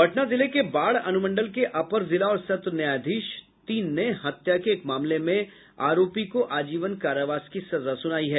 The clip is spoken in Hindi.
पटना जिले के बाढ़ अनुमंडल के अपर जिला और सत्र न्यायाधीश तीन ने हत्या के एक मामले में आरोपी को आजीवन कारावास की सजा सुनाई है